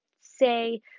say